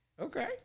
Okay